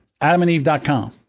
adamandeve.com